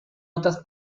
otras